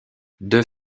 deux